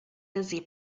busy